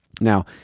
Now